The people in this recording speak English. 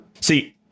See